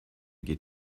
geht